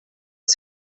els